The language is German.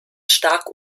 stark